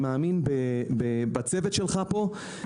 בצוות שלך פה,